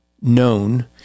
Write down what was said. known